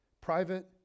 private